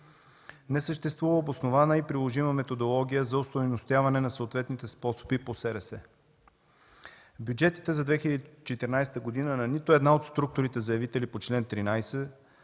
Не съществува обоснована и приложима методология за остойностяване на съответните способи по СРС. В бюджетите за 2014 г. на нито една от структурите – заявители по чл. 13